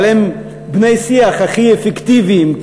אבל הם בני שיח הכי אפקטיביים.